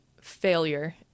failure